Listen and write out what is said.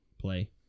play